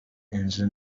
inzu